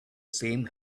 same